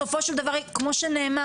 בסופו של דבר כמו שנאמר,